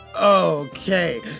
Okay